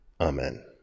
Amen